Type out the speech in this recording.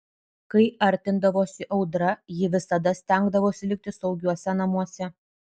kai artindavosi audra ji visada stengdavosi likti saugiuose namuose